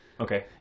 Okay